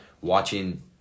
watching